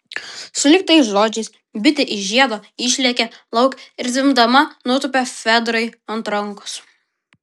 sulig tais žodžiais bitė iš žiedo išlėkė lauk ir zvimbdama nutūpė fedrai ant rankos